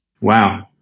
Wow